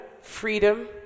freedom